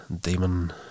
demon